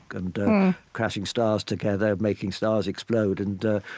and crashing stars together, making stars explode and, ah,